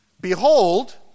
Behold